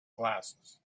glasses